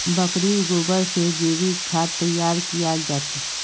बकरीर गोबर से जैविक खाद तैयार कियाल जा छे